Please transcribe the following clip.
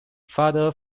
father